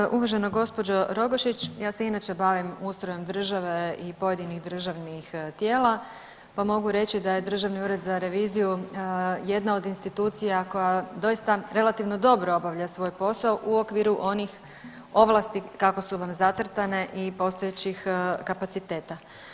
Hvala uvažena gospođo Rogošić, ja se inače bavim ustrojem države i pojedinih državnih tijela pa mogu reći da je Državni ured za reviziju jedna od institucija koja doista relativno dobro obavlja svoj posao u okviru onih ovlasti kako su vam zacrtane i postojećih kapaciteta.